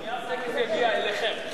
הנייר יגיע אליכם,